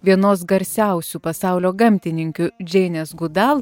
vienos garsiausių pasaulio gamtininkių džeinės gudal